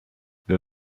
wir